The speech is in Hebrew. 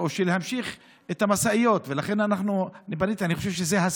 אני בהחלט מזמין את כל חבריי להמשיך ולדון בסדרי העדיפויות הלאה